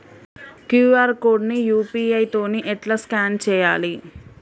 QR code ని UPI తోని ఎట్లా స్కాన్ చేయాలి?